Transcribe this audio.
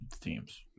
teams